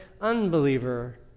unbeliever